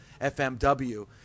FMW